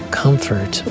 comfort